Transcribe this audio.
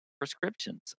prescriptions